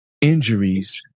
injuries